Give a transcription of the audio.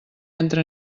entra